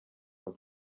aho